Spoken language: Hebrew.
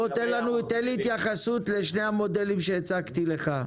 תתייחס למודל שהצגתי.